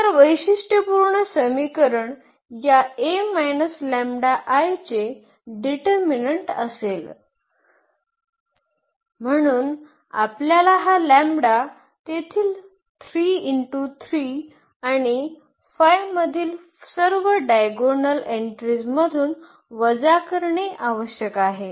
तर वैशिष्ट्यपूर्ण समीकरण या चे डिटर्मिनन्ट असेल म्हणून आपल्यास हा लॅम्बडा तेथील 3×3 आणि 5 मधील सर्व डायगोनल एन्ट्रीजमधून वजा करणे आवश्यक आहे